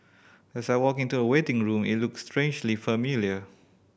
as I walked into the waiting room it looked strangely familiar